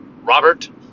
Robert